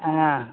ஆ